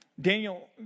Daniel